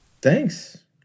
Thanks